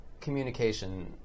communication